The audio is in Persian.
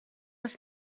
است